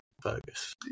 Fergus